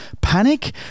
panic